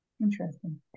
interesting